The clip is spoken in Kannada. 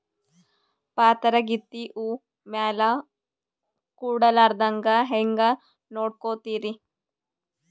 ಪಾತರಗಿತ್ತಿ ಹೂ ಮ್ಯಾಲ ಕೂಡಲಾರ್ದಂಗ ಹೇಂಗ ನೋಡಕೋತಿರಿ?